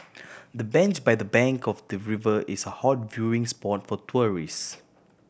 the bench by the bank of the river is a hot viewing spot for tourists